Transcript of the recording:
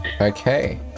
okay